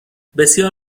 بسیار